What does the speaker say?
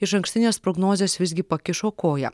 išankstinės prognozės visgi pakišo koją